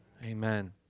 Amen